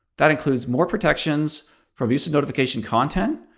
that includes more protections for abusive notification content,